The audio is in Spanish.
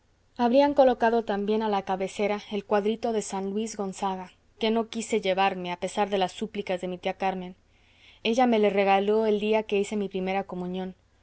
habrían colocado también a la cabecera el cuadrito de san luis gonzaga que no quise llevarme a pesar de las súplicas de mi tía carmen ella me le regaló el día que hice mi primera comunión